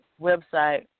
website